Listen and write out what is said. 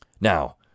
Now